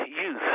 youth